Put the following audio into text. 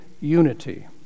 unity